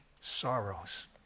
sorrows